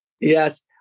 Yes